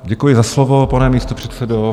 Děkuji za slovo, pane místopředsedo.